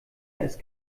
ist